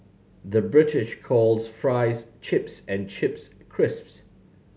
the British calls fries chips and chips crisps